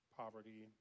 poverty